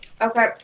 Okay